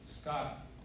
Scott